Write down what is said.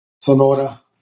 Sonora